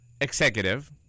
executive